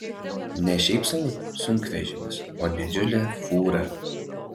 ne šiaip sau sunkvežimis o didžiulė fūra